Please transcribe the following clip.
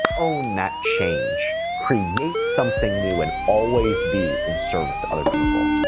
own that change, create something new, and always be in service to other people.